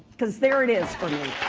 because there it is for me.